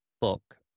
book